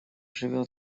живет